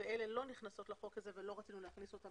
ואלה לא נכנסים לחוק הזה ולא רצינו להכניס אותם